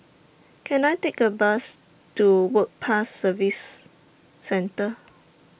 Can I Take A Bus to Work Pass Services Centre